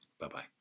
Bye-bye